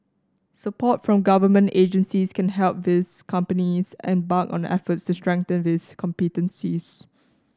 support from government agencies can help these companies embark on efforts to strengthen these competencies